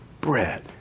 bread